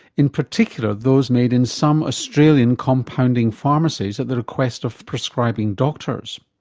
in particular those made in some australian compounding pharmacies at the request of prescribing doctors.